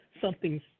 something's